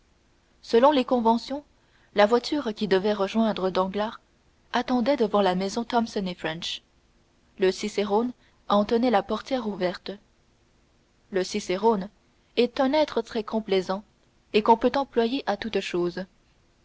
selon les conventions la voiture qui devait rejoindre danglars attendait devant la maison thomson et french le cicérone en tenait la portière ouverte le cicérone est un être très complaisant et qu'on peut employer à toute chose